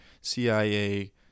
cia